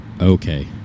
okay